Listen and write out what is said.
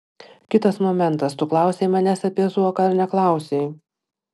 kitas momentas tu klausei manęs apie zuoką ar neklausei